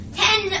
ten